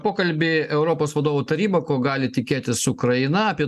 pokalbį europos vadovų taryba ko gali tikėtis ukraina apie